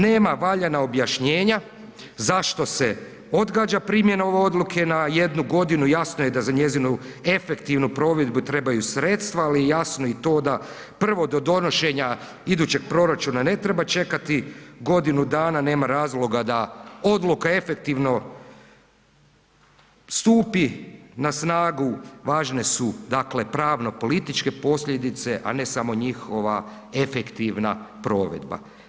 Nema valjana objašnjenja zašto se odgađa primjena ove odluke na jednu godinu, jasno je da za njezinu efektivnu provedbu trebaju sredstva, ali je jasno i to da prvo do donošenja idućeg proračuna ne treba čekati godinu dana, nema razloga da odluka efektivno stupi na snagu, važne su dakle pravno političke posljedice, a ne samo njihova efektivna provedba.